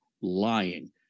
lying